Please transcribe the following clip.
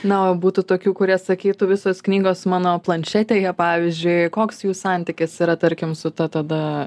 na o būtų tokių kurie sakytų visos knygos mano planšetėje pavyzdžiui koks jų santykis yra tarkim su ta tada